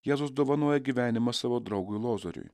jėzus dovanoja gyvenimą savo draugui lozoriui